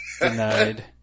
Denied